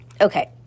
Okay